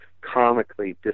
comically